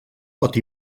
pot